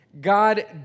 God